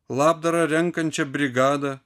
labdarą renkančią brigadą